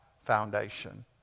foundation